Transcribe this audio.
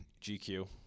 GQ